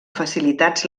facilitats